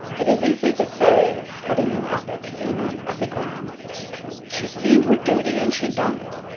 it is easy to say putting an epic in an epigram she seen her duty and she done it!